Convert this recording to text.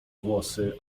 włosy